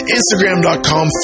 Instagram.com